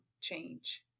change